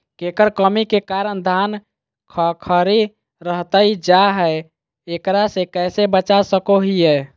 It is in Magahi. केकर कमी के कारण धान खखड़ी रहतई जा है, एकरा से कैसे बचा सको हियय?